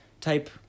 type